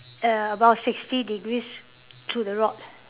about sixty degrees to the rod